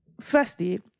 Firstly